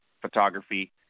Photography